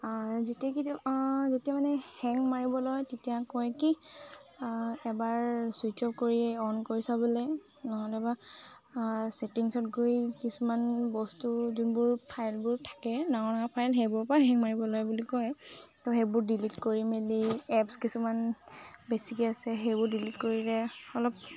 যেতিয়া কে যেতিয়া মানে হেং মাৰিব লয় তেতিয়া কয় কি এবাৰ ছুইচ অফ কৰিয় অন কৰি চাবলে নহ'লেবা ছেটিংছত গৈ কিছুমান বস্তু যোনবোৰ ফাইলবোৰ থাকে ডাঙৰ ডাঙৰ ফাইল সেইবোৰৰ পৰাই হেং মাৰিবলৈ বুলি কয় তো সেইবোৰ ডিলিট কৰি মেলি এপছ কিছুমান বেছিকে আছে সেইবোৰ ডিলিট কৰিলে অলপ